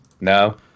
No